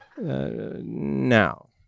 now